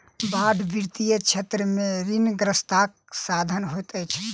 bond वित्तीय क्षेत्र में ऋणग्रस्तताक साधन होइत अछि